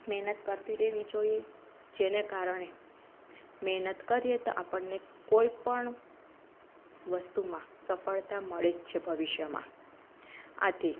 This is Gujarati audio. મહેનત કરતી રહેવી જોઈએ જેને કારણે મહેનત કરીએ તો આપણને કોઈપણ વસ્તુમાં સફળતા મળે જ છે ભવિષ્યમાં આથી